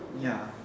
ya